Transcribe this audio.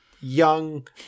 young